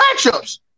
matchups